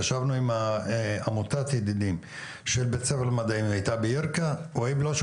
הרצון הוא גדול והמטרה היא משמעותית וכולם בסוף רוצים להגיע לאותה